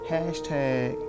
Hashtag